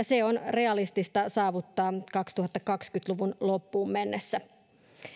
se on realistista saavuttaa kaksituhattakaksikymmentä luvun loppuun mennessä